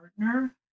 partner